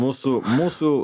mūsų mūsų